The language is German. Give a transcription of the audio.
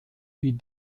wie